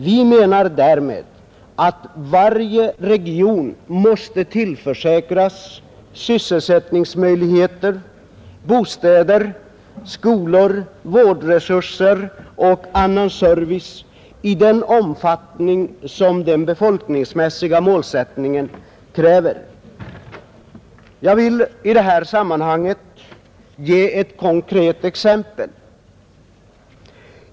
Vi menar därmed att varje region måste tillförsäkras sysselsättningsmöjligheter, bostäder, skolor, vårdresurser och annan service i den omfattning som den befolkningsmässiga målsättningen kräver. Jag vill i det här sammanhanget ge ett konkret exempel.